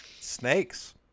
Snakes